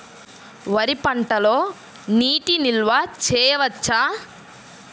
వరి పంటలో నీటి నిల్వ చేయవచ్చా?